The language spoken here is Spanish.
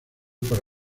para